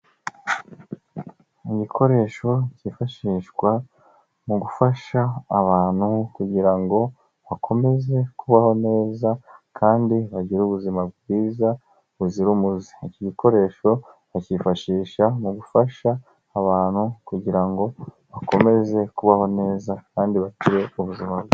Mu bikoresho cyifashishwa mu gufasha abantu kugira ngo bakomeze kubaho neza kandi bagire ubuzima bwiza buzira umuze, iki gikoresho bakifashisha mu gufasha abantu kugira ngo bakomeze kubaho neza kandi bagire ubuzima bwiza,